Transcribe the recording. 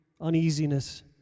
uneasiness